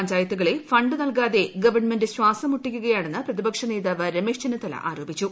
പഞ്ചായത്തുകളെ fund നൽകാതെ government ശ്വാസം മുട്ടിക്കുകയാണെന്ന് പ്രതിപക്ഷ നേതാവ് രമേശ് ചെന്നിത്തല ആരോപിച്ചു